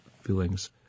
feelings